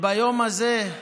ביום הזה,